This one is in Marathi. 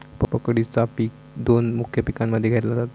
पकडीचा पिक दोन मुख्य पिकांमध्ये घेतला जाता